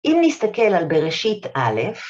‫אם נסתכל על בראשית א',